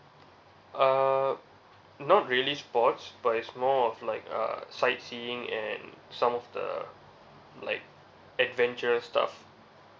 uh not really sports but it's more of like uh sightseeing and some of the like adventurous stuff